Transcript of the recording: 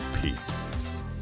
Peace